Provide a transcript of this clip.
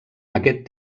aquest